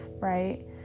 right